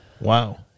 Wow